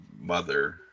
mother